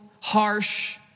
harsh